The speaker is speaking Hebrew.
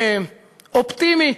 אופטימי,